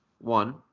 one